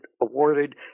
awarded